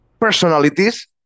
Personalities